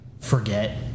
forget